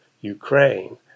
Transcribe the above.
Ukraine